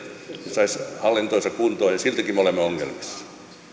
saisi hallintonsa kuntoon mutta siltikin me olemme ongelmissa